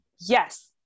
yes